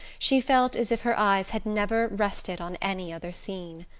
she felt as if her eyes had never rested on any other scene.